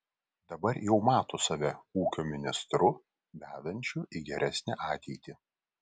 dabar jau mato save ūkio ministru vedančiu į geresnę ateitį